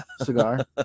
cigar